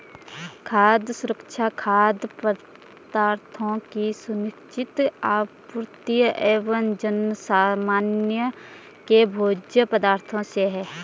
खाद्य सुरक्षा खाद्य पदार्थों की सुनिश्चित आपूर्ति एवं जनसामान्य के भोज्य पदार्थों से है